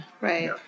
Right